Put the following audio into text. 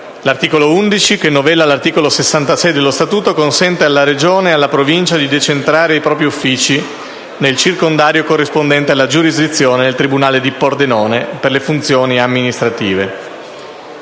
L'articolo 11, che novella l'articolo 66 dello Statuto, consente alla Regione di decentrare i propri uffici nel circondario corrispondente alla giurisdizione del tribunale di Pordenone per le funzioni amministrative.